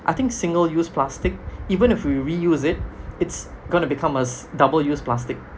I think single use plastic even if we reuse it it's gonna become a double use plastic